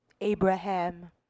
Abraham